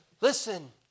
Listen